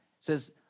says